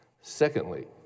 Secondly